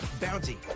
Bounty